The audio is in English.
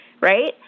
right